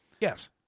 Yes